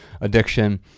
addiction